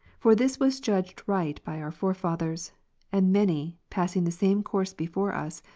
for this was judged right by our forefathers and many, passing the same course before us,